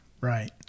Right